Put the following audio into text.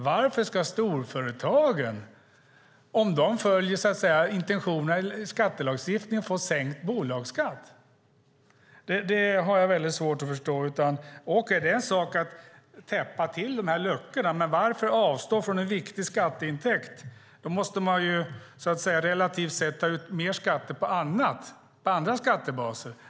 Varför ska storföretagen få sänkt bolagsskatt om de följer intentionerna i skattelagstiftningen? Det har jag väldigt svårt att förstå. Det är en sak att täppa till luckorna. Men varför avstå från en viktig skatteintäkt? Då måste man relativt sett ta ut mer skatt från andra skattebaser.